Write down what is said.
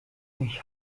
ich